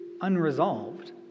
unresolved